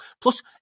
Plus